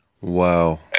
wow